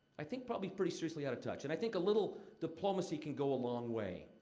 i think, probably, pretty seriously out of touch. and i think a little diplomacy can go a long way.